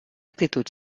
actitud